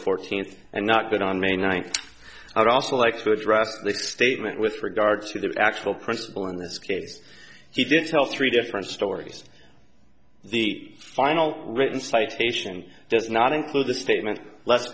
fourteenth and not that on may ninth i'd also like to address the statement with regard to the actual principal in this case he did tell three different stories the final written citation does not include the statement let's